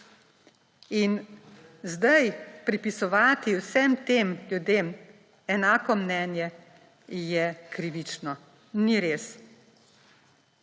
In zdaj pripisovati vsem tem ljudem enako mnenje, je krivično. Ni res!